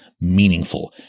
meaningful